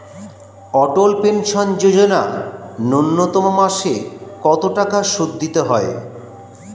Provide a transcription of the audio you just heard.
অটল pension যোজনা ন্যূনতম মাসে কত টাকা সুধ দিতে হয়?